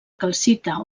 calcita